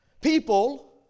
People